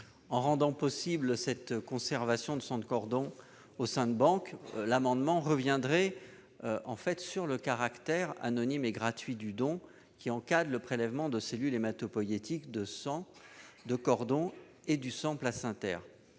En rendant possible la conservation de sang de cordon au sein de « banques », cet amendement reviendrait sur le caractère anonyme et gratuit du don, qui encadre aujourd'hui le prélèvement de cellules hématopoïétiques du sang de cordon et du sang placentaire.